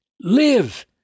live